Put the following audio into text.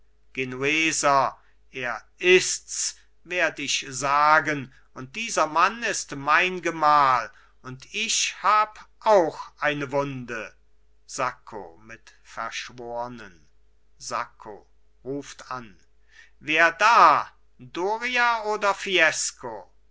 genueser er ists werd ich sagen und dieser mann ist mein gemahl und ich hab auch eine wunde sacco mit verschwornen sacco ruft an wer da doria oder fiesco